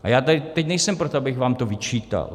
A já tady teď nejsem proto, abych vám to vyčítal.